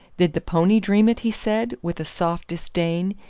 did the pony dream it? he said, with a soft disdain,